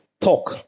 talk